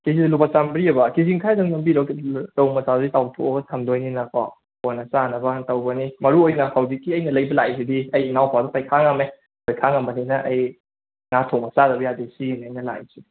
ꯀꯤꯖꯤꯗ ꯂꯨꯄꯥ ꯆꯥꯝꯔꯤ ꯑꯕ ꯀꯦꯖꯤ ꯃꯈꯥꯏ ꯑꯝꯇꯪ ꯑꯣꯟꯕꯤꯔꯣ ꯔꯧ ꯃꯆꯥꯗꯨꯗꯤ ꯇꯥꯎꯊꯣꯛꯑꯒ ꯊꯝꯗꯣꯏꯅꯤꯅ ꯀꯣ ꯀꯣꯟꯅ ꯆꯥꯅꯕ ꯑꯅ ꯇꯧꯕꯅꯤ ꯃꯔꯨꯑꯣꯏꯅ ꯍꯧꯖꯤꯛꯀꯤ ꯑꯩꯅ ꯂꯩꯕ ꯂꯥꯛꯏꯁꯤꯗꯤ ꯑꯩ ꯏꯅꯥꯎꯄꯥꯗꯣ ꯄꯩꯈꯥ ꯉꯝꯃꯦ ꯄꯩꯈꯥ ꯉꯝꯕꯅꯤꯅ ꯑꯩ ꯉꯥ ꯊꯣꯡꯕ ꯆꯥꯗꯕ ꯌꯥꯗꯦ ꯁꯤꯒꯤꯅꯤ ꯑꯩꯅ ꯂꯥꯛꯏꯁꯦ